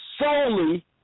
solely